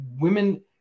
women